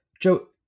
Joe